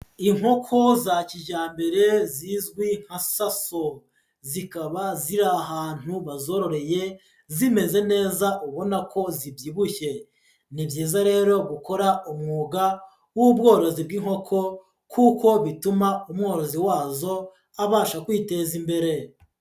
Inkoko za kijyambere zizwi nka "Saso". Zikaba ziri ahantu bazoroye zimeze neza ubona ko zibyibushye. Ni byiza rero gukora umwuga w'ubworozi bw'inkoko kuko bituma umworozi wazo abasha kwiteza imbere.